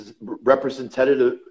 representative